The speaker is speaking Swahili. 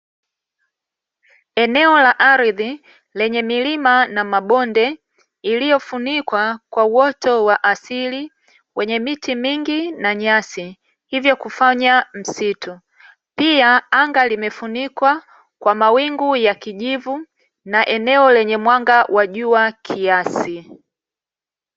Eneo la ardhi lenye milima na mabonde iliyofunikwa kwa uoto wa asili wenye miti mingi na nyasi, hivyo kufanya msitu. Pia anga limefunikwa kwa mawingu ya kijivu na eneo lenye mwanga wa jua kiasi.